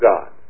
God